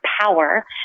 power